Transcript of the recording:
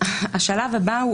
השלב הבא הוא